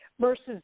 versus